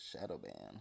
Shadowban